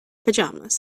pajamas